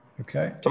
Okay